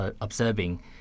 observing